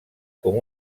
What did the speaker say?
com